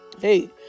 Hey